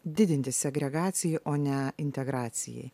didinti segregacijai o ne integracijai